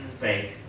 Fake